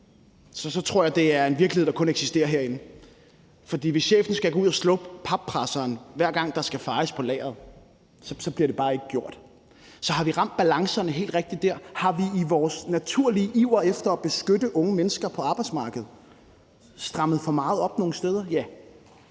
så tror jeg, at det er en virkelighed, der kun eksisterer herinde, for hvis chefen skal gå ud og slukke pappresseren, hver gang der skal fejes på lageret, så bliver det bare ikke gjort. Så har vi ramt balancen helt rigtigt der? Har vi i vores naturlige iver efter at beskytte unge mennesker på arbejdsmarkedet strammet for meget op nogle steder? Ja,